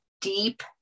deep